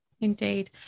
indeed